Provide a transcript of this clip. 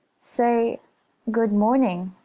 say good morning.